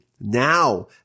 Now